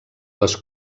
les